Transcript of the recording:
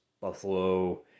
Buffalo